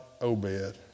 Obed